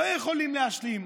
לא יכולים להשלים.